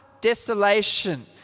desolation